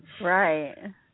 Right